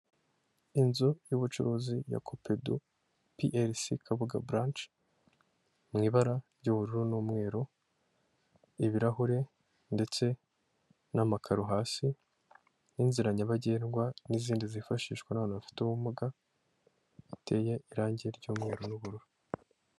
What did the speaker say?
Inzu y'ubucuruzi ya koped pielise Kabuga bulanshi, mu ibara ry'ubururu n'umweru ibirahure ndetse n'amakaru hasi n'inzira nyabagendwa n'izindi zifashishwa n'abantu bafite ubumuga, biteye irangi ry'umweru n'ubururu.